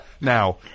Now